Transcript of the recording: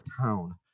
town